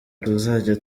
tuzajya